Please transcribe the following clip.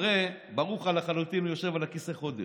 הרי ברור לך לחלוטין שהוא יושב על הכיסא חודש.